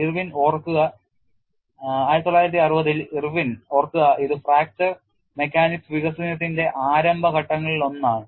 1960 ൽ ഇർവിൻ ഓർക്കുക ഇത് ഫ്രാക്ചർ മെക്കാനിക്സ് വികസനത്തിന്റെ പ്രാരംഭ ഘട്ടങ്ങളിലൊന്നാണ്